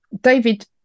David